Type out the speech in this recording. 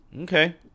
Okay